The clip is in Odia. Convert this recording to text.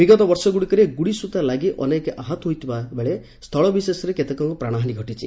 ବିଗତ ବର୍ଷଗୁଡ଼ିକରେ ଗୁଡ଼ି ସୂତା ଲାଗି ଅନେକେ ଆହତ ହୋଇଥିବାବେଳେ ସ୍ଥଳବିଶେଷରେ କେତେକଙ୍କ ପ୍ରାଣହାନି ଘଟିଛି